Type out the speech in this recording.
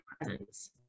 presence